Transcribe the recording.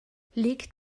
liegt